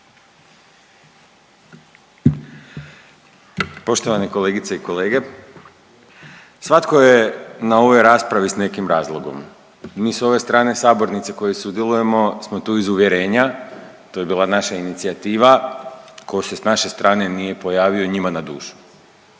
Poštovane kolegice i kolege, svatko je na ovoj raspravi sa nekim razlogom. Mi sa ove strane sabornice koji sudjelujemo smo tu iz uvjerenja, to je bila naša inicijativa tko se sa naše strane nije pojavio njima na dušu.